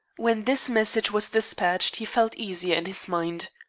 when this message was despatched he felt easier in his mind.